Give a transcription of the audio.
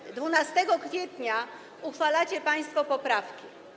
12 kwietnia uchwalacie państwo poprawki.